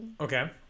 Okay